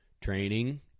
training